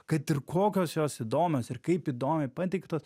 kad ir kokios jos įdomios ir kaip įdomiai pateiktos